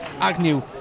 Agnew